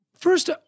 first